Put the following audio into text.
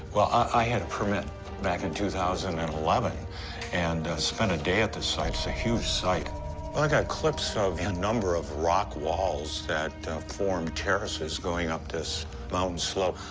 well, i had a permit back in two thousand and eleven and spent a day at this site. it's a huge site. i got clips of a a number of rock walls that formed terraces going up this mountain slope,